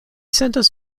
sentas